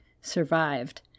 survived